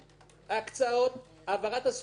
ההקצאות, העברת הזכויות,